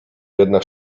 jednak